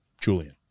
Julian